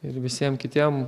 ir visiem kitiem